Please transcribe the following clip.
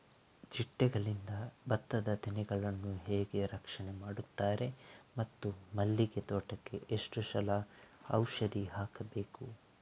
ಚಿಟ್ಟೆಗಳಿಂದ ಭತ್ತದ ತೆನೆಗಳನ್ನು ಹೇಗೆ ರಕ್ಷಣೆ ಮಾಡುತ್ತಾರೆ ಮತ್ತು ಮಲ್ಲಿಗೆ ತೋಟಕ್ಕೆ ಎಷ್ಟು ಸಲ ಔಷಧಿ ಹಾಕಬೇಕು?